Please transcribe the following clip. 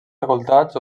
facultats